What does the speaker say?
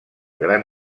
gran